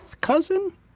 cousin